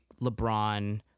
LeBron